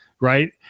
right